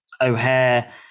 o'hare